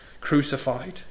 crucified